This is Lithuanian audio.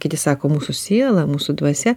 kiti sako mūsų siela mūsų dvasia